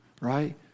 right